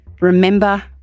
remember